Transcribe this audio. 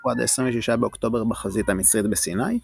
חילופי אש נמשכו עד 26 באוקטובר בחזית המצרית בסיני,